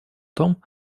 том